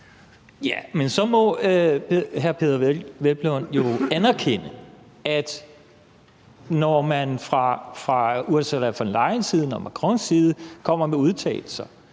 (V): Men så må hr. Peder Hvelplund jo anerkende, at det, når man fra Ursula von der Leyens side og Macrons side kommer med udtalelser,